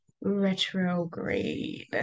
retrograde